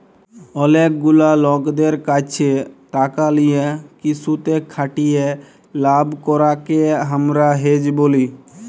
অলেক গুলা লকদের ক্যাছে টাকা লিয়ে কিসুতে খাটিয়ে লাভ করাককে হামরা হেজ ব্যলি